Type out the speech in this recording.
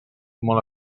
molt